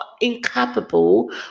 incapable